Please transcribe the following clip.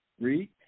Read